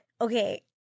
okay